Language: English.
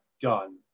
done